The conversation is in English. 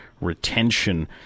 Retention